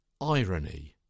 irony